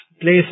place